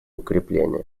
укрепления